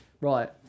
Right